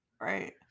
Right